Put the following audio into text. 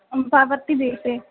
पावर्टिदेशे